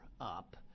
up